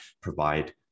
provide